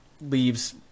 leaves